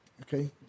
Okay